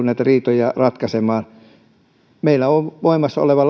näitä riitoja ratkaisemaan meillä on tämä voimassa oleva